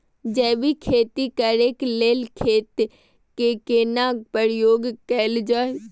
जैविक खेती करेक लैल खेत के केना प्रयोग में कैल जाय?